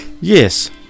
Yes